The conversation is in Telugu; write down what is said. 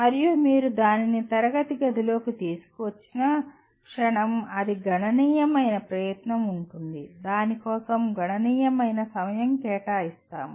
మరియు మీరు దానిని తరగతి గదిలోకి తీసుకువచ్చిన క్షణం అది గణనీయమైన ప్రయత్నం ఉంటుంది దాని కోసం గణనీయమైన సమయం కేటాయిస్తాము